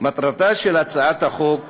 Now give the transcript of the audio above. מטרתה של הצעת חוק